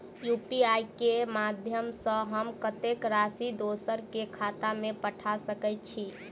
UPI केँ माध्यम सँ हम कत्तेक राशि दोसर केँ खाता मे पठा सकैत छी?